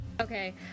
Okay